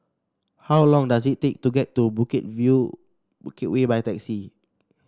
how long does it take to get to Bukit View Bukit Way by taxi